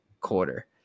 quarter